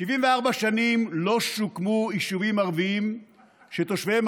74 שנים לא שוקמו יישובים ערביים שתושביהם